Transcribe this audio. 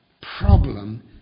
problem